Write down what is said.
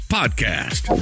podcast